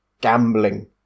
gambling